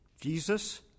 Jesus